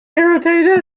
irritated